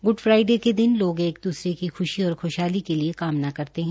good Friday के दिन लोग एक दूसरे को खुशी और खुशहाली के लिए कामना करते है